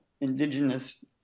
indigenous